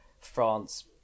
France